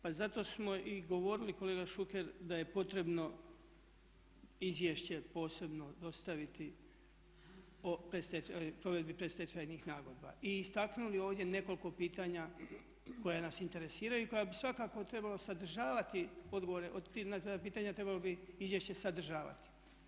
Pa zato smo i govorili kolega Šuker da je potrebno izvješće posebno dostaviti o provedbi predstečajnih nagodba i istaknuli ovdje nekoliko pitanja koja nas interesiraju i koja bi svakako trebalo sadržavati odgovore, na ta pitanja trebalo bi izvješće sadržavati.